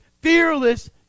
fearless